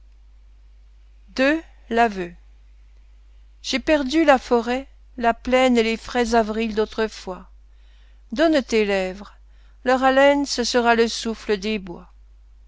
ii l'aveu j'ai perdu la forêt la plaine et les frais avrils d'autrefois donne tes lèvres leur haleine ce sera le souffle des bois